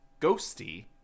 ghosty